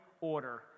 order